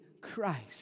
Christ